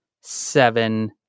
seven